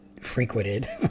frequented